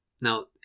Now